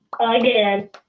Again